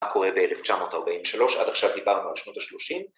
‫מה קורה ב-1943, ‫עד עכשיו דיברנו על שנות ה-30.